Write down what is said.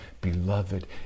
beloved